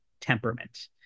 Temperament